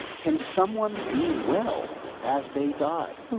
can someone be well as they die?